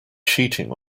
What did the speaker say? cheating